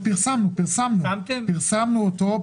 פרסמנו אותו.